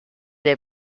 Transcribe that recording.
dei